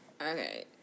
Okay